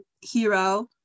hero